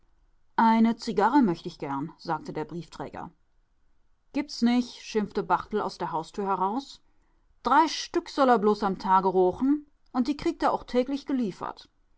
eine zigarre möcht ich gern sagte der briefträger gibt's nicht schimpfte barthel aus der haustür heraus drei stück sull a bloß am tage roochen und die kriegt a ooch täglich